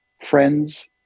friends